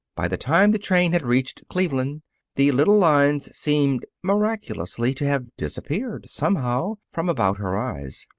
by the time the train had reached cleveland the little lines seemed miraculously to have disappeared, somehow, from about her eyes.